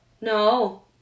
No